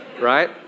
Right